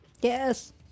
Yes